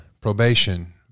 probation